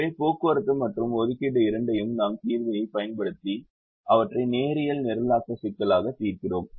எனவே போக்குவரத்து மற்றும் ஒதுக்கீடு இரண்டையும் நாம் தீர்வியைப் பயன்படுத்தும்போது அவற்றை நேரியல் நிரலாக்க சிக்கல்களாக தீர்க்கிறோம்